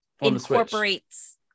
incorporates